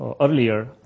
earlier